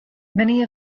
many